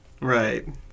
Right